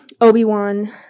Obi-Wan